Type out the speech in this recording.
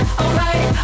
alright